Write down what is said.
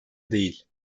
değil